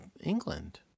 England